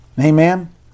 Amen